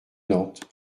nantes